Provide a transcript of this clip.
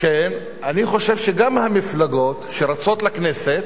אני חושב שגם המפלגות שרצות לכנסת,